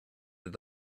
that